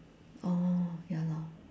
oh ya lor